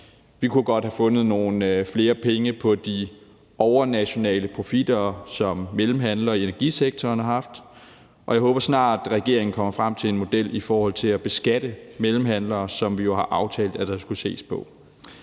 Vi kunne godt have fundet nogle flere penge på de overnationale profitter, som mellemhandlere i energisektoren har haft, og jeg håber, regeringen snart kommer frem til en model i forhold til at beskatte mellemhandlere, hvilket vi jo har aftalt der skulle ses på.